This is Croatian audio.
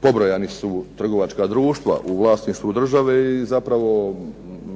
pobrojana su trgovačka društva u vlasništvu države i zapravo